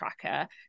tracker